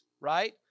right